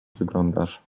wyglądasz